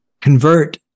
convert